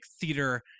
theater